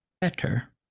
better